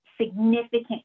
significant